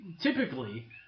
Typically